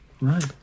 Right